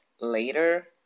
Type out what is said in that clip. later